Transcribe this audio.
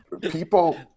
People